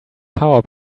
power